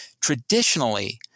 traditionally